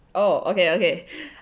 oh okay okay